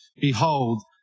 behold